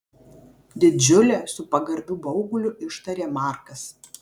didžiulė su pagarbiu bauguliu ištarė markas